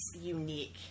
unique